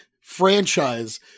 franchise